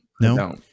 No